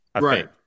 Right